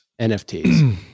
NFTs